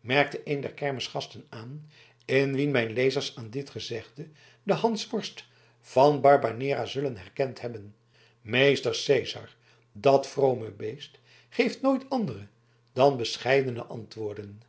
merkte een der kermisgasten aan in wien mijn lezers aan dit gezegde den hansworst van barbanera zullen herkend hebben meester cezar dat vrome beest geeft nooit andere dan bescheidene antwoorden